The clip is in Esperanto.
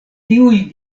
tiuj